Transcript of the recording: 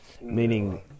Meaning